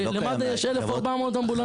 למד"א יש 1,400 אמבולנסים.